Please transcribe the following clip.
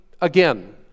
again